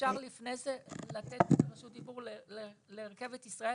לפני זה לתת רשות דיבור לרכבת ישראל